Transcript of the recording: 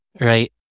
right